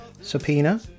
subpoena